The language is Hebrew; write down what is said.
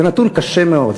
זה נתון קשה מאוד,